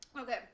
Okay